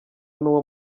n’uwo